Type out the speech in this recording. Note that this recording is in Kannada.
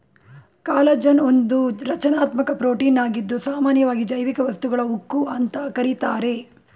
ಕಾಲಜನ್ ಒಂದು ರಚನಾತ್ಮಕ ಪ್ರೋಟೀನಾಗಿದ್ದು ಸಾಮನ್ಯವಾಗಿ ಜೈವಿಕ ವಸ್ತುಗಳ ಉಕ್ಕು ಅಂತ ಕರೀತಾರೆ